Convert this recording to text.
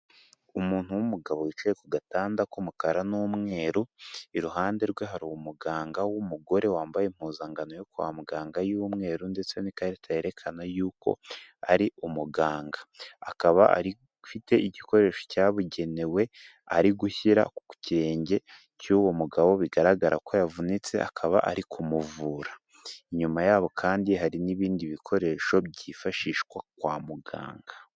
Umuntu w'umugabo wicaye ku gatanda k'umukara n'umweru, iruhande rwe hari umuganga w'umugore wambaye impuzankano yo kwa muganga y'umweru ndetse n'ikarita yerekana yuko ari umuganga. Akaba afite igikoresho cyabugenewe arigushyira ku kirenge cy'uwo mugabo bigaragara ko yavunitse akaba arikumuvura. Inyuma yabo kandi hari n'ibindi bikoresho byifashishwa kwa muganga.